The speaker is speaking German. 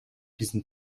diesen